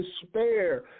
despair